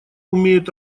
умеют